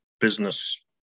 business